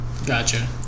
Gotcha